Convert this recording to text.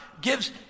gives